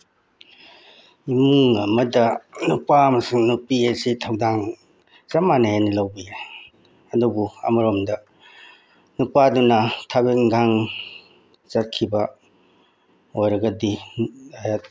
ꯏꯃꯨꯡ ꯑꯃꯗ ꯅꯨꯄꯥ ꯑꯃꯁꯨꯡ ꯅꯨꯄꯤ ꯑꯁꯤ ꯊꯧꯗꯥꯡ ꯆꯞ ꯃꯥꯟꯅꯩꯌꯦꯅ ꯂꯧꯋꯤ ꯑꯗꯨꯕꯨ ꯑꯃꯔꯣꯝꯗ ꯅꯨꯄꯥꯗꯨꯅ ꯊꯕꯛ ꯏꯪꯈꯥꯡ ꯆꯠꯈꯤꯕ ꯑꯣꯏꯔꯒꯗꯤ